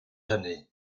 hynny